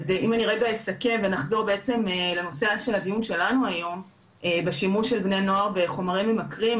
נחזור לנושא הדיון שלנו היום לשימוש בבני נוער בחומרים ממכרים,